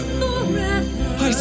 forever